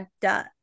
duh